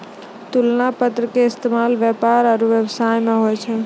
तुलना पत्र के इस्तेमाल व्यापार आरु व्यवसाय मे होय छै